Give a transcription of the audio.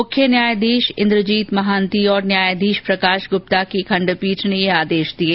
मुख्य न्यायाधीश इंद्रजीत महान्ति और न्यायाधीश प्रकाश गुप्ता की खंडपीठ ने यह आदेश दिए